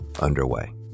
underway